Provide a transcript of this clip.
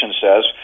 says